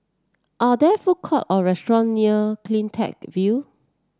are there food courts or restaurants near CleanTech View